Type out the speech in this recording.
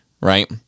right